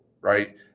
right